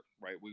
right